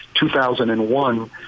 2001